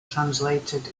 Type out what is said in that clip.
translated